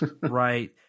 Right